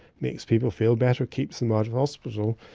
makes people feel better, keeps them out of hospital.